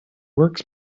works